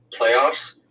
playoffs